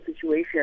situation